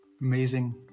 amazing